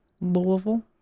Louisville